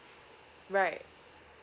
right